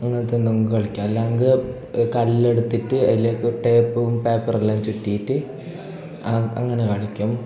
അങ്ങനത്തെ എന്തെങ്കിലും കളിക്കും അല്ലെങ്കിൽ കല്ലെടുത്തിട്ട് അതിലേക്ക് ടേപ്പും പേപ്പറെല്ലാം ചുറ്റിയിട്ട് അ അങ്ങനെ കളിക്കും